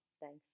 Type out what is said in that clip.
Thanks